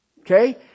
Okay